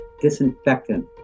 disinfectant